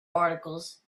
articles